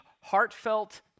heartfelt